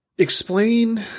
Explain